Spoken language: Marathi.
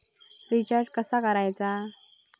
रिचार्ज कसा करायचा?